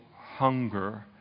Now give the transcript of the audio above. hunger